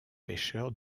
pêcheur